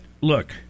look